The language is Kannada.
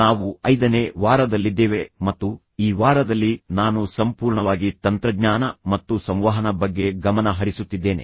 ನಾವು ಐದನೇ ವಾರದಲ್ಲಿದ್ದೇವೆ ಮತ್ತು ಈ ವಾರದಲ್ಲಿ ನಾನು ಸಂಪೂರ್ಣವಾಗಿ ತಂತ್ರಜ್ಞಾನ ಮತ್ತು ಸಂವಹನ ಬಗ್ಗೆ ಗಮನ ಹರಿಸುತ್ತಿದ್ದೇನೆ